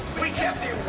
we kept it